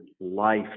life